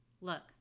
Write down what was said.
look